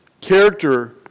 Character